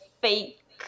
fake